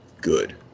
good